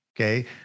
Okay